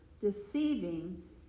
deceiving